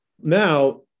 Now